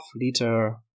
liter